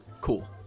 cool